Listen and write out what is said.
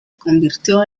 convirtió